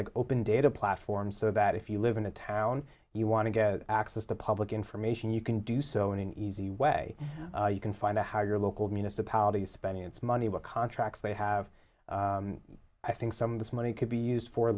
like open data platforms so that if you live in a town you want to get access to public information you can do so in an easy way you can find a higher local municipalities spending its money with contracts they have i think some of this money could be used for